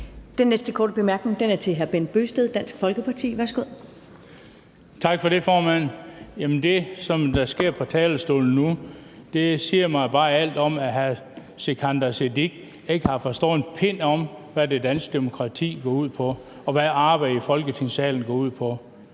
Den næste korte bemærkning er til hr. Bent Bøgsted, Dansk Folkeparti. Værsgo. Kl. 22:06 Bent Bøgsted (DF): Tak for det, formand. Det, der sker på talerstolen nu, siger mig bare alt om, at hr. Sikandar Siddique ikke har forstået en pind af, hvad det danske demokrati går ud på, og hvad arbejdet i Folketingssalen går ud på.